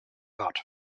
art